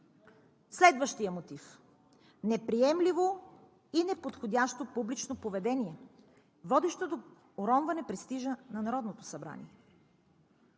Следващият мотив – неприемливо и неподходящо публично поведение, водещо до уронване престижа на Народното събрание.